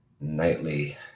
nightly